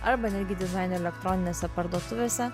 arba netgi dizaino elektroninėse parduotuvėse